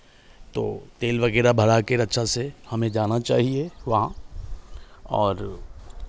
तो तेल वगैरह भरा के अच्छा से हमें जाना चाहिए वहाँ और